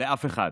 לאף אחד,